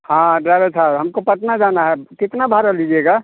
हाँ ड्राइवर साहब हमको पटना जाना है कितना भाड़ा लीजिएगा